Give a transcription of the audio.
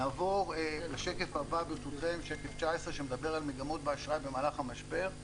נעבור לשקף הבא שמדבר על מגמות באשראי במהלך המשבר.